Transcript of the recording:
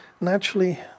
naturally